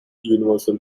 universal